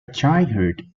childhood